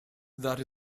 that